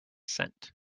cent